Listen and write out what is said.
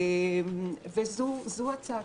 זו הצעתי.